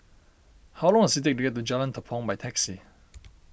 how long does it take to get to Jalan Tepong by taxi